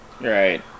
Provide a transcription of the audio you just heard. Right